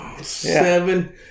Seven